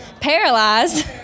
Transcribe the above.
paralyzed